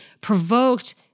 provoked